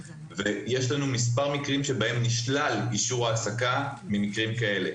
יש לנו מספר מקרים שבהם נשלל אישור העסקה ממקרים כאלה.